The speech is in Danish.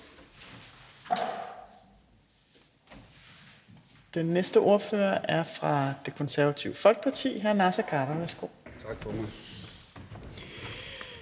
Den næste ordfører er fra Det Konservative Folkeparti, hr. Naser Khader. Værsgo. Kl.